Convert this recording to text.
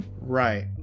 right